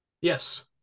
yes